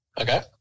okay